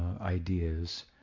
ideas